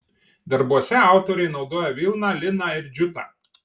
darbuose autorė naudoja vilną liną ir džiutą